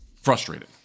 frustrated